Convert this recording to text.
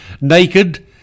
naked